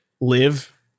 live